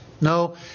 No